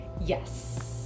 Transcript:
yes